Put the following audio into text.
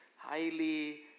highly